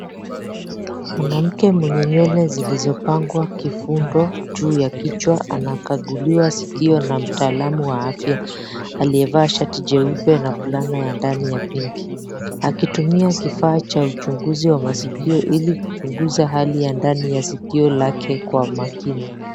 Mwanamke mwenye nywele zilizopangwa kifundo juu ya kichwa anakaguliwa sikio na mtaalamu wa afya aliyevaa shati jeupe na fulana ya ndani ya pinki akitumia kifaa cha uchunguzi wa masikio ili kuchunguza hali ya ndani ya sikio lake kwa makini.